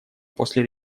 после